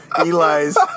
Eli's